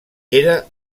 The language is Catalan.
era